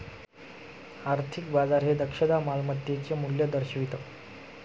आर्थिक बाजार हे दक्षता मालमत्तेचे मूल्य दर्शवितं